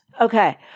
Okay